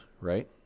right